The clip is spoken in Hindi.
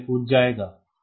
क्या यह कूद जाएगा